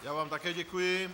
Já vám také děkuji.